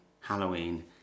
Halloween